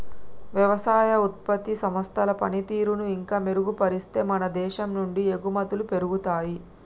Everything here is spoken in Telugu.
వ్యవసాయ ఉత్పత్తి సంస్థల పనితీరును ఇంకా మెరుగుపరిస్తే మన దేశం నుండి ఎగుమతులు పెరుగుతాయి